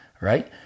Right